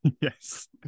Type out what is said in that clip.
yes